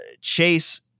chase